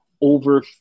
over